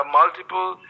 multiple